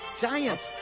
giants